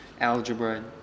algebra